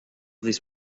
these